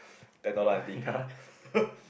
ten dollar aunty